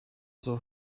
zor